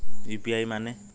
UPI माने?